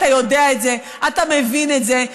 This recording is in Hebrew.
אתה יודע את זה, אתה מבין את זה.